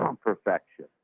perfection